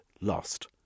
lost